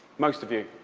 most of you.